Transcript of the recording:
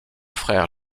frère